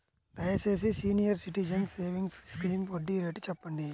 దయచేసి senior citizens savings scheme వడ్డీ rate చెప్పండి